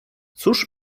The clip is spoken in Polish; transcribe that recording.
cóż